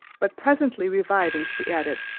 but presently reviving she added,